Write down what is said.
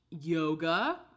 yoga